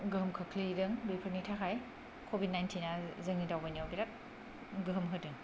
गोहोम खोख्लैदों बेफोरनि थाखाय कबिड नाइनटिना जोंनि दावबायनायाव बिराद गोहोम होदों